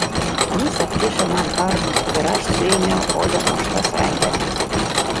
jis atkišo man kardus ir aš suėmiau oda muštas rankenas